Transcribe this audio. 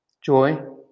joy